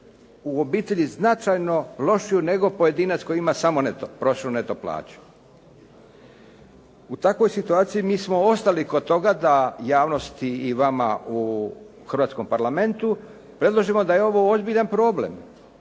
u obitelji značajno lošiju, nego pojedinac koji ima samo prosječnu neto plaću. U takvoj situaciji mi smo ostali kod toga, da javnosti i vama u hrvatskom Parlamentu, predložimo da je ovo ozbiljan problem.